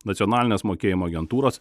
nacionalinės mokėjimo agentūros